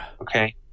Okay